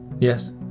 yes